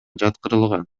жаткырылган